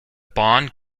bond